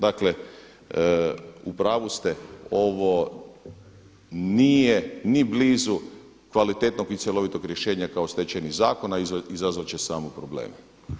Dakle u pravu ste, ovo nije ni blizu kvalitetnog ni cjelovitog rješenja kao Stečajni zakon a izazvati će samo probleme.